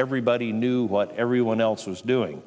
everybody knew what everyone else was doing